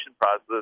process